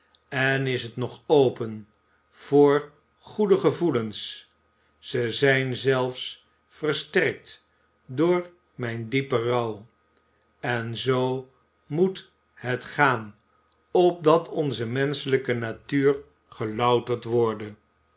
en is het nog open voor goede gevoelens ze zijn zelfs versterkt door mijn diepen rouw en zoo moet het gaan opdat onze menschelijke natuur gelouterd worde